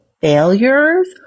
failures